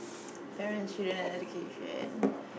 parents should learn an education